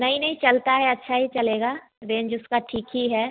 नहीं नहीं चलता है अच्छा ही चलेगा रेन्ज उसका ठीक ही है